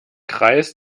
kreis